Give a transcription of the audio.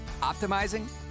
optimizing